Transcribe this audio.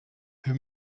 wir